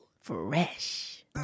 fresh